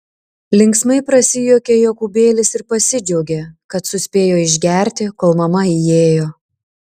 linksmai prasijuokė jokūbėlis ir pasidžiaugė kad suspėjo išgerti kol mama įėjo